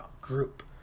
group